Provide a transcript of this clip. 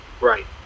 Right